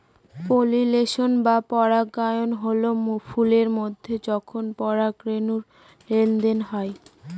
pollination বা পরাগায়ন হল ফুলের মধ্যে যখন পরাগরেনুর লেনদেন হয়